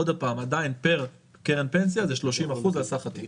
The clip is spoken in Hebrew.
עוד הפעם, עדיין פר קרן פנסיה זה 30% על סך התיק.